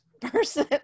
person